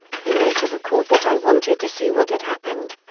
he later recalled that i wanted to see what had happened.